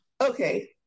Okay